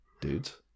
dudes